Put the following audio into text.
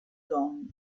don